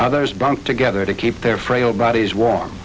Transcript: others bunk together to keep their frail bodies warm